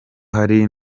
hari